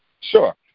Sure